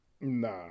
nah